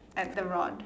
at the road